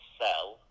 sell